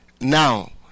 Now